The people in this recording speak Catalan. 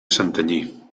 santanyí